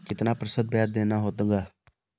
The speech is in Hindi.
कितना प्रतिशत ब्याज देना होगा?